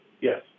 Yes